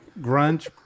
Grunge